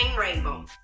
rainbow